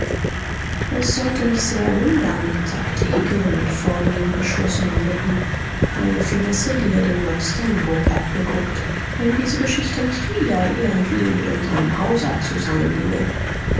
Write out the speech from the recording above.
es sollte mich sehr wundern sagte hickel mit vornehm geschlossenen lippen eine finesse die er dem lord stanhope abgeguckt wenn diese geschichte nicht wieder irgendwie mit unserm hauser zusammenhinge